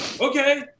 okay